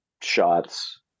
shots